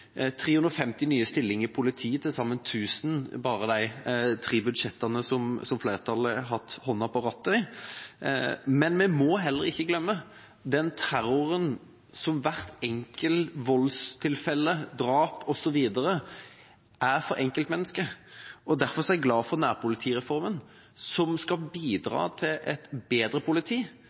350 nye stillinger i politiet, til sammen 1 000 bare i de tre budsjettene hvor flertallet har hatt hånda på rattet. Men vi må heller ikke glemme terroren som hver enkelt voldstilfelle, drap osv. er for enkeltmennesker. Derfor er jeg glad for nærpolitireformen som skal bidra til et bedre politi,